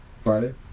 Friday